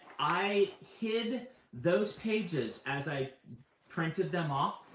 i hid those pages, as i printed them off,